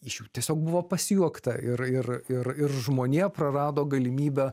iš jų tiesiog buvo pasijuokta ir ir ir ir žmonija prarado galimybę